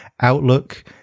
Outlook